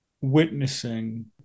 witnessing